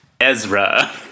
Ezra